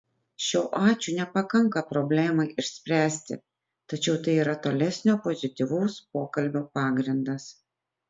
šio ačiū nepakanka problemai išspręsti tačiau tai yra tolesnio pozityvaus pokalbio pagrindas